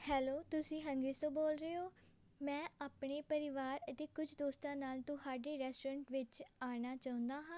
hello ਤੁਸੀਂ Hungry's ਤੋਂ ਬੋਲ ਰਹੇ ਹੋ ਮੈਂ ਆਪਣੇ ਪਰਿਵਾਰ ਅਤੇ ਕੁਝ ਦੋਸਤਾਂ ਨਾਲ ਤੁਹਾਡੇ ਰੈਸਟੋਰੈਂਟ ਵਿੱਚ ਆਉਣਾ ਚਾਹੁੰਦਾ ਹਾਂ